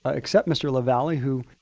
ah except mr. lavalley, who